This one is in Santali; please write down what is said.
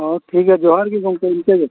ᱚᱻ ᱴᱷᱤᱠ ᱜᱮᱭᱟ ᱡᱚᱦᱟᱨ ᱜᱮ ᱜᱚᱢᱠᱮ ᱤᱱᱠᱟᱹ ᱜᱮ